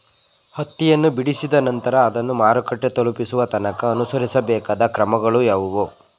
ಹತ್ತಿಯನ್ನು ಬಿಡಿಸಿದ ನಂತರ ಅದನ್ನು ಮಾರುಕಟ್ಟೆ ತಲುಪಿಸುವ ತನಕ ಅನುಸರಿಸಬೇಕಾದ ಕ್ರಮಗಳು ಯಾವುವು?